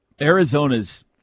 Arizona's –